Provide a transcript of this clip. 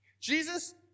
Jesus